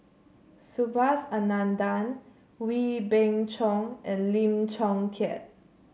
Subhas Anandan Wee Beng Chong and Lim Chong Keat